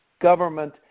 government